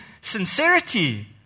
sincerity